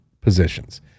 positions